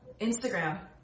Instagram